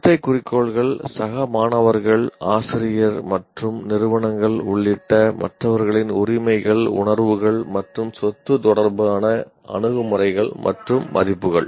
நடத்தை குறிக்கோள்கள் சக மாணவர்கள் ஆசிரியர் மற்றும் நிறுவனங்கள் உள்ளிட்ட மற்றவர்களின் உரிமைகள் உணர்வுகள் மற்றும் சொத்து தொடர்பான அணுகுமுறைகள் மற்றும் மதிப்புகள்